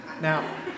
Now